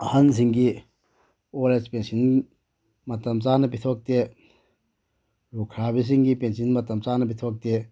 ꯑꯍꯟꯁꯤꯡꯒꯤ old age pension ꯃꯇꯝ ꯆꯥꯅ ꯄꯤꯊꯣꯛꯇꯦ ꯂꯨꯈ꯭ꯔꯥꯕꯤꯁꯤꯡꯒꯤ ꯄꯦꯟꯁꯤꯟ ꯃꯇꯝ ꯆꯥꯅ ꯄꯤꯊꯣꯛꯇꯦ